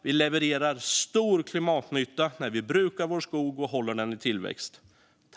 Vi levererar stor klimatnytta när vi brukar vår skog och håller den i tillväxt.